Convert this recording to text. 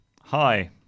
Hi